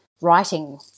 writing